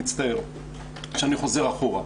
מצטער שאני חוזר אחורה.